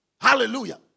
Hallelujah